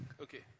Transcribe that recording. Okay